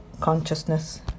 consciousness